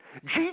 Jesus